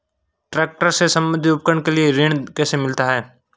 Tractor से संबंधित उपकरण के लिए ऋण कैसे मिलता है?